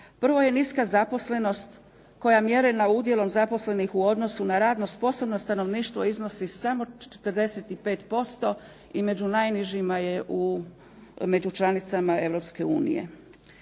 Prvo je niska zaposlenost, koja mjerena udjelom zaposlenih u odnosu na radno sposobno stanovništvo iznosi samo 45% i među najnižima je među članicama